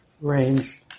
range